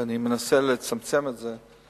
ואני מנסה לצמצם את זה,